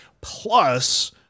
Plus